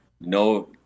no